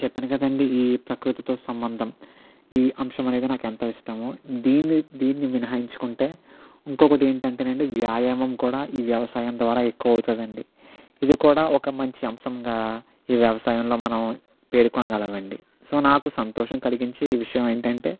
చెప్పాను కదా అండి ఈ ప్రకృతితో సంబంధం ఈ అంశం అనేది నాకెంతో ఇష్టము దీన్ని దీన్ని మినహాయించుకుంటే ఇంకొకటి ఏంటి అంటేనండి వ్యాయామం కూడా ఈ వ్యవసాయం ద్వారా ఎక్కువ అవుతుంది అండి ఇది కూడా ఒక మంచి అంశంగా ఈ వ్యవసాయంలో మనం పేర్కొనగలమండి సో నాకు సంతోషం కలిగించే ఈ విషయం ఏంటంటే